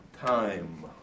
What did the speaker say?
Time